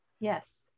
Yes